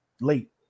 late